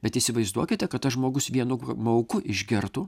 bet įsivaizduokite kad tas žmogus vienu mauku išgertų